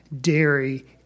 dairy